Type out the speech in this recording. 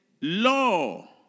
law